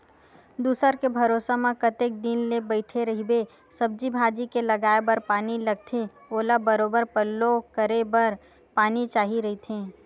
दूसर के भरोसा म कतेक दिन ले बइठे रहिबे, सब्जी भाजी के लगाये बर पानी लगथे ओला बरोबर पल्लो करे बर पानी चाही रहिथे